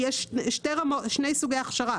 כשיש שני סוגי הכשרה.